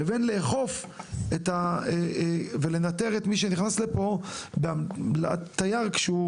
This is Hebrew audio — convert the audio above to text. לבין לאכוף ולנטר את מי שנכנס לפה תייר כשהוא